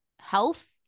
health